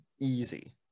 easy